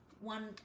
one